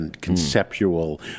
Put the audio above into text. Conceptual